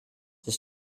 des